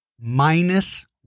minus